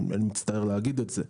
אני מצטער להגיד את זה.